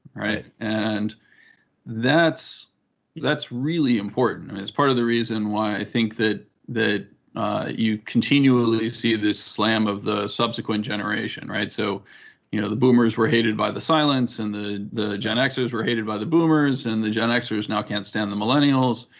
right? and that's that's really important. and it's part of the reason why i think that you continually see this slam of the subsequent generation, right? so you know the boomers were hated by the silents and the the gen xers were hated by the boomers and the gen xers now can't stand the millennials.